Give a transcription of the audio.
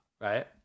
right